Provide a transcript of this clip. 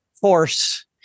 force